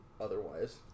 Otherwise